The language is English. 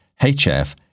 HF